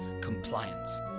compliance